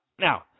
Now